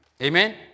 Amen